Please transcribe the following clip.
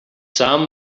sam